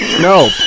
No